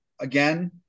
again